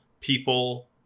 people